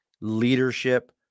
Leadership